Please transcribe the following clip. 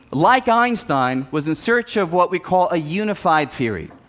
like einstein, was in search of what we call a unified theory.